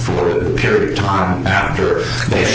for a period of time after they